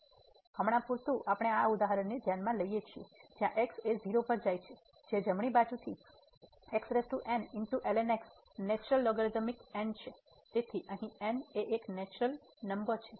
તેથી હમણાં પૂરતું આપણે આ ઉદાહરણને ધ્યાનમાં લઈએ છીએ જ્યાં x 0 પર જાય છે જ્યાં જમણી બાજુથી નેચરલ લોગરીધમિક n તેથી અહીં n એ એક નેચરલ નંબર છે